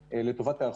בנושא של תרחישים.